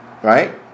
Right